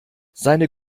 seine